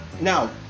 now